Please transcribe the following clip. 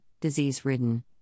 disease-ridden